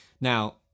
Now